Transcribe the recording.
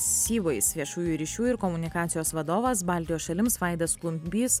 seaways viešųjų ryšių ir komunikacijos vadovas baltijos šalims vaidas klumbys